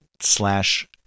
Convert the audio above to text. slash